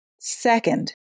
Second